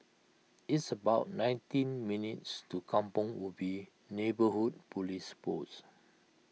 it's about nineteen minutes' to Kampong Ubi Neighbourhood Police Post